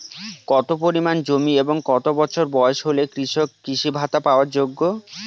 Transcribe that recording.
কত পরিমাণ জমি এবং কত বছর বয়স হলে কৃষক কৃষি ভাতা পাওয়ার যোগ্য?